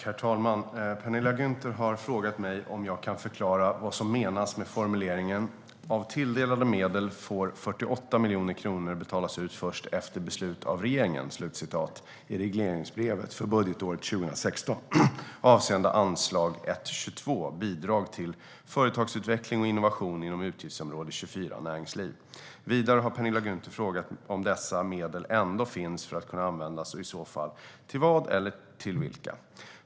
Herr talman! Penilla Gunther har frågat mig om jag kan förklara vad som menas med formuleringen "av tilldelade medel får 48 000 000 kronor betalas ut först efter beslut av regeringen" i regleringsbrevet för budgetåret 2016 avseende anslag 1:22 Bidrag till företagsutveckling och innovation inom utgiftsområde 24 Näringsliv. Vidare har Penilla Gunther frågat om dessa medel ändå finns för att kunna användas och i så fall till vad eller till vilka.